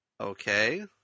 Okay